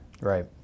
Right